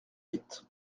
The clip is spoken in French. huit